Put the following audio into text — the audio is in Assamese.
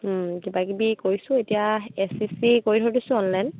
কিবা কিবি কৰিছোঁ এতিয়া এ চি পি কৰি থৈ দিছোঁ অনলাইন